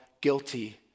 guilty